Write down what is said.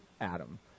Adam